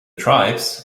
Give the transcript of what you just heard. tribes